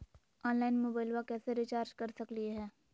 Online मोबाइलबा कैसे recharge कर सकलिए है?